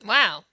Wow